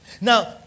Now